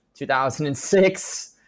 2006